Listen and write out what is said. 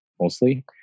mostly